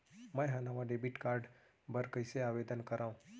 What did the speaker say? मै हा नवा डेबिट कार्ड बर कईसे आवेदन करव?